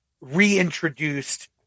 reintroduced